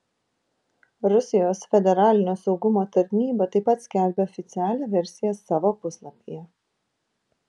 rusijos federalinio saugumo tarnyba taip pat skelbia oficialią versiją savo puslapyje